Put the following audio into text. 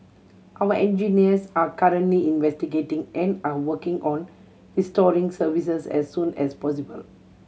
our engineers are currently investigating and are working on restoring services as soon as possible